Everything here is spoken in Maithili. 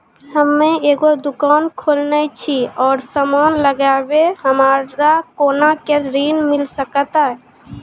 हम्मे एगो दुकान खोलने छी और समान लगैबै हमरा कोना के ऋण मिल सकत?